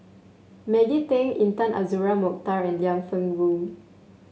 Maggie Teng Intan Azura Mokhtar and Liang Wenfu